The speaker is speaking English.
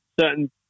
certain